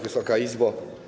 Wysoka Izbo!